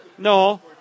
No